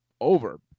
over